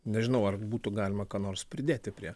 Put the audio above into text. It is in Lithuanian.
nežinau ar būtų galima ką nors pridėti prie